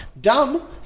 Dumb